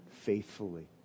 faithfully